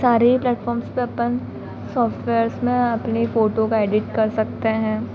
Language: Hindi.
सारे ही प्लैटफ़ॉर्म्स पर अपन सॉफ़्टवेयर्स में अपनी फ़ोटो को एडिट कर सकते हैं